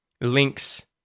links